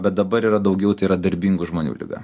bet dabar yra daugiau tai yra darbingų žmonių liga